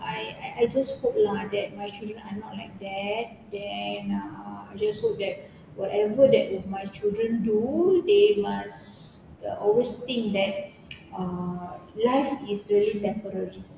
I I just hope lah that my children are not like that and then uh I just hope that whatever that my children do they must uh always think that life is really temporary